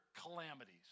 calamities